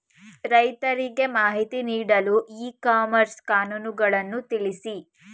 ರೈತರಿಗೆ ಮಾಹಿತಿ ನೀಡಲು ಇ ಕಾಮರ್ಸ್ ಅನುಕೂಲಗಳನ್ನು ತಿಳಿಸಿ?